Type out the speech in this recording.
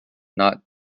not